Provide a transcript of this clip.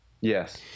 Yes